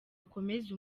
akomeze